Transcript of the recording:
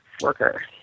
worker